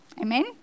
Amen